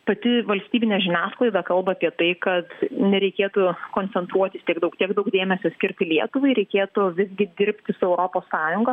pati valstybinė žiniasklaida kalba apie tai kad nereikėtų koncentruotis tiek daug tiek daug dėmesio skirti lietuvai reikėtų visgi dirbti su europos sąjunga